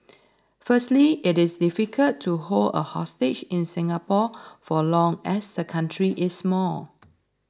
firstly it is difficult to hold a hostage in Singapore for long as the country is small